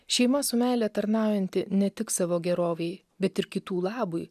šeima su meile tarnaujanti ne tik savo gerovei bet ir kitų labui